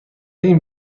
این